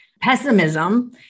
pessimism